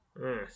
Yes